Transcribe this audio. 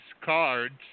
cards